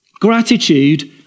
Gratitude